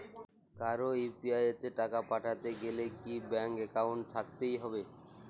কারো ইউ.পি.আই তে টাকা পাঠাতে গেলে কি ব্যাংক একাউন্ট থাকতেই হবে?